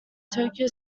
tokyo